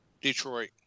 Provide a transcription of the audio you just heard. Detroit